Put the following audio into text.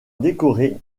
décorée